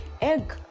egg